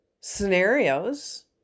scenarios